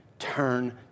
turn